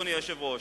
אדוני היושב-ראש.